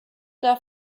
der